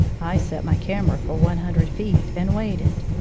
i set my camera for one hundred feet, and waited.